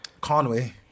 Conway